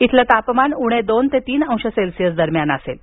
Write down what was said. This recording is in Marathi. इथलं तापमान उणे दोन ते तीन अंश सेल्सिअस दरम्यान असेल